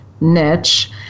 niche